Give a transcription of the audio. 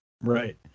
right